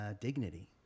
dignity